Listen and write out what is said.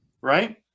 right